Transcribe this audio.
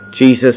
Jesus